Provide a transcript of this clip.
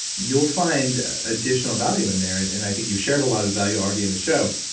you'll find additional value in there and and i think you've shared a lot of value already in the show,